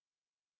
sup